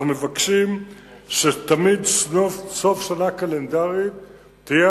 אנחנו מבקשים שתמיד סוף שנה קלנדרית יהיה